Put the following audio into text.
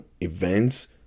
events